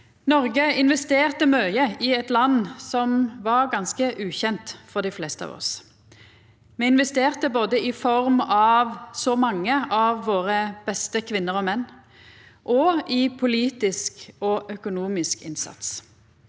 Noreg investerte mykje i eit land som var ganske ukjent for dei fleste av oss. Me investerte både i form av så mange av våre beste kvinner og menn og av politisk og økonomisk innsats.